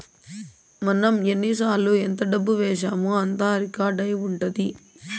మనం ఎన్నిసార్లు ఎంత డబ్బు వేశామో అంతా రికార్డ్ అయి ఉంటది